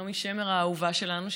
נעמי שמר האהובה שלנו,